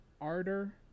Arder